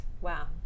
Wow